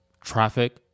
traffic